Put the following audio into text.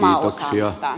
arvoisa puhemies